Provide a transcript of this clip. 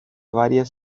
varias